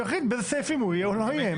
שיחליט באיזה סעיפים הוא יהיה או לא יהיה.